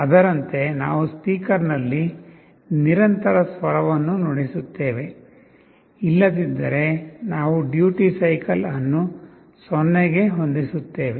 ಅದರಂತೆ ನಾವು ಸ್ಪೀಕರ್ನಲ್ಲಿ ನಿರಂತರ ಸ್ವರವನ್ನು ನುಡಿಸುತ್ತೇವೆ ಇಲ್ಲದಿದ್ದರೆ ನಾವು ಡ್ಯೂಟಿ ಸೈಕಲ್ ಅನ್ನು 0 ಗೆ ಹೊಂದಿಸುತ್ತೇವೆ